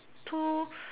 two